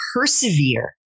persevere